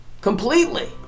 completely